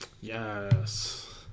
Yes